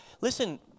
Listen